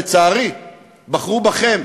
לצערי בחרו בכם,